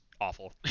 awful